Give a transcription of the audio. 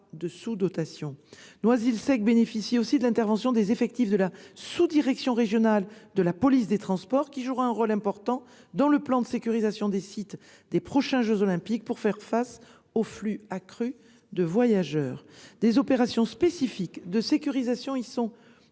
de sous-dotation. Noisy-le-Sec bénéficie aussi de l'intervention des effectifs de la sous-direction régionale de la police des transports, qui jouera un rôle important dans le plan de sécurisation des sites des prochains jeux Olympiques pour faire face aux flux accrus de voyageurs. Des opérations spécifiques de sécurisation y sont